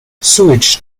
sewage